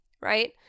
Right